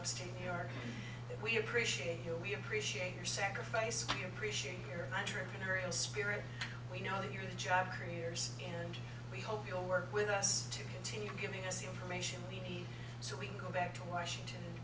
upstate new york that we appreciate you we appreciate your sacrifice we appreciate your entrepreneurial spirit we know that you are the job creators and we hope you will work with us to continue giving us information we need so we can go back to washington and